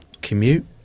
commute